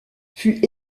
fut